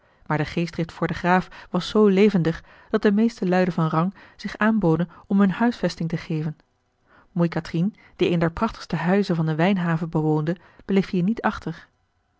maar de geestdrift voor den graaf was zoo levendig dat de meeste luiden van rang zich aanboden om hun huisvesting te geven moei catrine die een der prachtigste huizen van de wijnhaven bewoonde bleef hier niet achter